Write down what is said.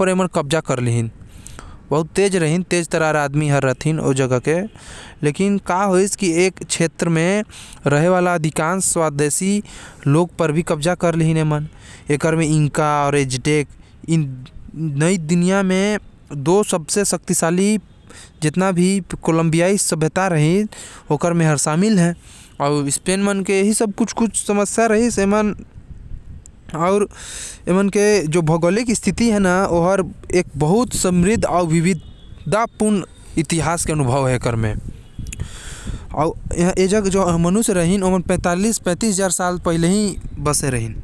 मन म कब्जा कर लेहे रहिन। अधिकांश स्वदेशी देश मन म भी एमन के कब्जा होगये रहिस। सबसे खतरनाक कोलम्बियाई सभ्यता म भी ए हर सामील हवे। यहा पे मनुष्य मन पैतीस हजार पहले ही बसें रहिन।